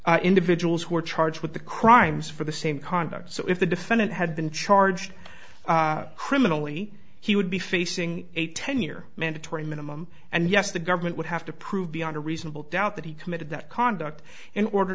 individuals who are charged with the crimes for the same conduct so if the defendant had been charged criminally he would be facing a ten year mandatory minimum and yes the government would have to prove beyond a reasonable doubt that he committed that conduct in order